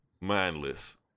mindless